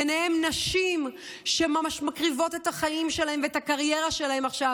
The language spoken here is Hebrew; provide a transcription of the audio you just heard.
וביניהן נשים שממש מקריבות את החיים שלהן ואת הקריירה שלהן עכשיו